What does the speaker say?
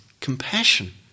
compassion